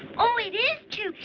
oh, it is true.